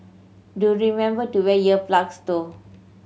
do remember to wear ear plugs though